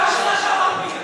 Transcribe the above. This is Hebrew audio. פעם ראשונה שאמרתי.